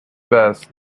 best